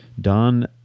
Don